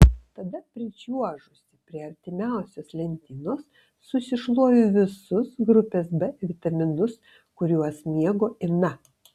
tada pričiuožusi prie artimiausios lentynos susišluoju visus grupės b vitaminus kuriuos mėgo ina